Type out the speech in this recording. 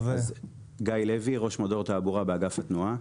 גיא לוי, ראש מדור תעבורה באגף התנועה.